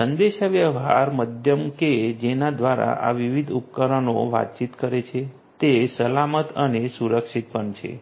સંદેશાવ્યવહાર માધ્યમ કે જેના દ્વારા આ વિવિધ ઉપકરણો વાતચીત કરે છે તે સલામત અને સુરક્ષિત પણ છે